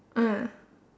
ah